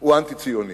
הוא אנטי-ציוני,